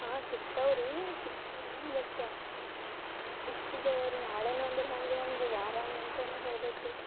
ಹಾಂ ಸಿಗ್ತಾವೆ ರೀ ಸಿಗ್ತದೆ ಬಟ್ ಇಷ್ಟು ರೀ ನಾಳೆನೆ ಅಂದ್ರೆ ಹ್ಯಾಂಗೆ ಒಂದು ವಾರ ಮುಂಚೆನೆ ಹೇಳ್ಬೇಕು ರೀ